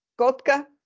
Kotka